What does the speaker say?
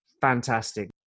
fantastic